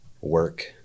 work